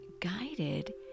guided